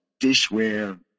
dishware